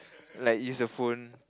like use your phone